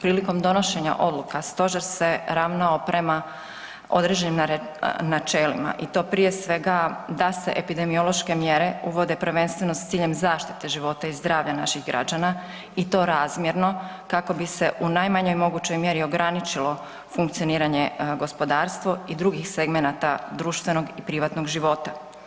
Prilikom donošenja odluka stožer se ravnao prema određenim načelima i to prije svega da se epidemiološke mjere uvode prvenstveno s ciljem zaštite života i zdravlja naših građana i to razmjerno kako bi se u najmanjoj mogućoj mjeri ograničilo funkcioniranje gospodarstva i drugih segmenata društvenog i privatnog života.